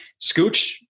Scooch